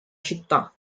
città